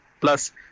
plus